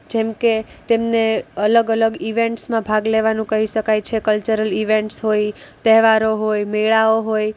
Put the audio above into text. જેમકે તેમને અલગ અલગ ઇવેન્ટ્સમાં ભાગ લેવાનું કહી શકાય છે કલ્ચરલ ઇવેન્ટ્સ હોય તહેવારો હોય મેળાઓ હોય